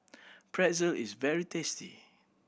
pretzel is very tasty